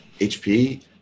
hp